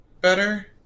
better